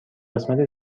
قسمت